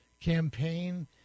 campaign